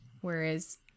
Whereas